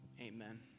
Amen